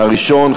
הראשון,